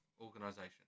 organization